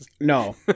No